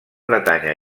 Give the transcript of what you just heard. bretanya